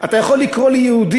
"'אתה יכול לקרוא לי יהודי',